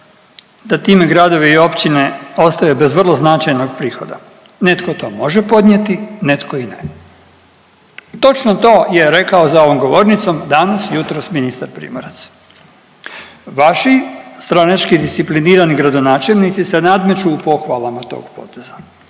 da time gradovi i općine ostaju bez vrlo značajnog prihoda. Netko to može podnijeti, netko i ne. Točno to je rekao za ovom govornicom danas, jutros ministar Primorac. Vaši stranački disciplinirani gradonačelnici se nadmeću u pohvalama tog poteza,